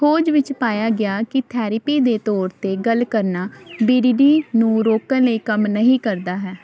ਖੋਜ ਵਿੱਚ ਪਾਇਆ ਗਿਆ ਕਿ ਥੈਰੇਪੀ ਦੇ ਤੌਰ 'ਤੇ ਗੱਲ ਕਰਨਾ ਬੀ ਡੀ ਡੀ ਨੂੰ ਰੋਕਣ ਲਈ ਕੰਮ ਨਹੀਂ ਕਰਦਾ ਹੈ